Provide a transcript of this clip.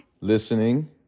listening